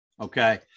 Okay